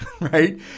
right